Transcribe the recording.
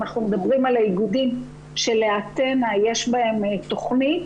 אנחנו מדברים על האיגודים של "אתנה" יש בהם תכנית.